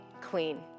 clean